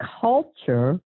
culture